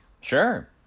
Sure